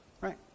right